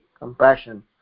compassion